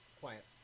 quiet